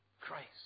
Christ